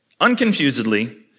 Unconfusedly